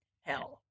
Hell